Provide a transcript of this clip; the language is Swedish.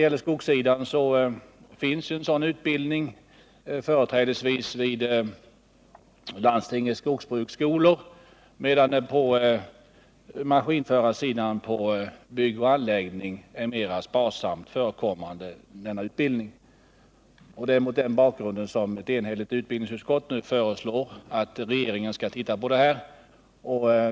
På skogssidan finns redan utbildning, företrädesvis inom landstingens skogsbruksskolor, medan den på byggoch anläggningssidan är mera sparsamt förekommande. Det är mot denna bakgrund ett enhälligt utbildningsutskott nu föreslår att regeringen skall se på saken.